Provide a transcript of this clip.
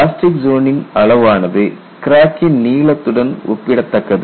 plastic ஜோனின் அளவானது கிராக்கின் நீளத்துடன் ஒப்பிடத்தக்கது